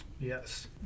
Yes